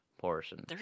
portion